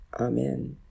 Amen